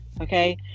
okay